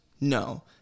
no